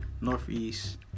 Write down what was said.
Northeast